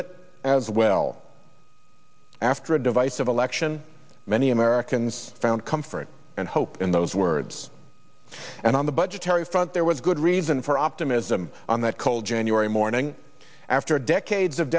it as well after a divisive election many americans found comfort and hope in those words and on the budgetary front there was good reason for optimism on that cold january morning after decades